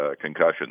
concussions